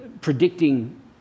predicting